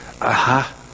Aha